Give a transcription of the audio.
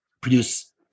produce